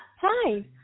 Hi